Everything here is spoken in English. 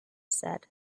said